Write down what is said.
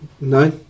No